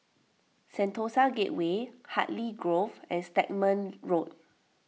Sentosa Gateway Hartley Grove and Stagmont Road